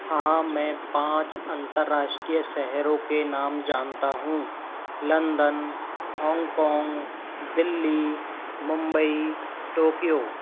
हाँ मैं पाँच अंतरराष्ट्रीय शहरों के नाम जानता हूँ London Hong Kong Delhi Mumbai Tokyo